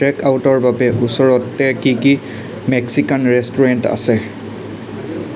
tech আউটৰ বাবে ওচৰতে কি কি মেক্সিকান ৰেষ্টুৰেণ্ট আছে